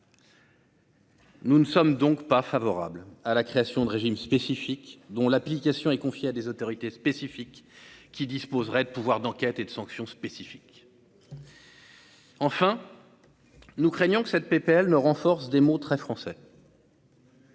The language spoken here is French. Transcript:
Nous ne sommes donc pas favorable à la création de régimes spécifiques dont l'application est confiée à des autres. Autorité spécifique qui disposerait de pouvoirs d'enquête et de sanction spécifique. Enfin, nous craignons que cette PPL ne renforce des mots très français.